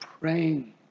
praying